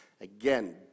again